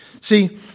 See